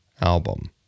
album